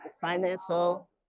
financial